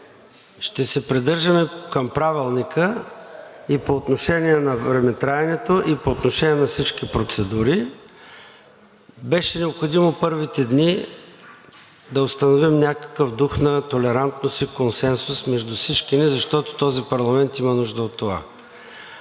Ще се придържаме към Правилника и по отношение на времетраенето, и по отношение на всички процедури. Беше необходимо първите дни да установим някакъв дух на толерантност и консенсус между всички ни, защото този парламент има нужда от това.